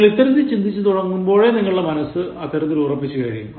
നിങ്ങൾ ഇത്തരത്തിൽ ചിന്തിച്ചു തുടങ്ങുമ്പോൾ നിങ്ങളുടെ മനസ്സ് അത്തരത്തിൽ ഉറപ്പിച്ചു കഴിയും